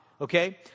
okay